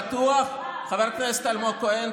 חבר הכנסת אלמוג כהן,